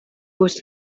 was